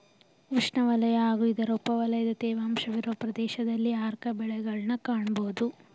ಉಷ್ಣವಲಯ ಹಾಗೂ ಇದರ ಉಪವಲಯದ ತೇವಾಂಶವಿರುವ ಪ್ರದೇಶದಲ್ಲಿ ಆರ್ಕ ಬೆಳೆಗಳನ್ನ್ ಕಾಣ್ಬೋದು